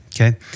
okay